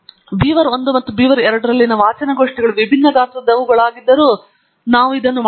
ಮತ್ತು ಬೀವರ್ 1 ಮತ್ತು ಬೀವರ್ 2 ರಲ್ಲಿನ ವಾಚನಗೋಷ್ಠಿಗಳು ವಿಭಿನ್ನ ಗಾತ್ರದವುಗಳಾಗಿದ್ದರೂ ನಾವು ಇದನ್ನು ಮಾಡಿದ್ದೇವೆ